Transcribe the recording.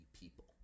people